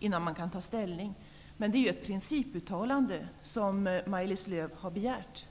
innan man kan ta ställning. Det är ju ett principuttalande Maj Lis Lööw har begärt!